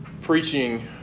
preaching